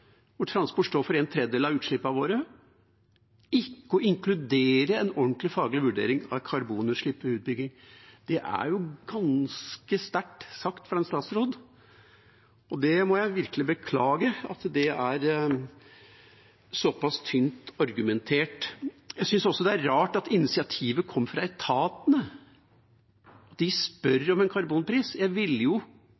hvor transport står for en tredjedel av utslippene våre, klarer å inkludere en ordentlig, faglig vurdering av karbonutslipp ved utbygging. Det er ganske sterkt sagt fra en statsråd, og jeg må virkelig beklage at det er såpass tynt argumentert. Jeg synes også det er rart at initiativet kom fra etatene. De spør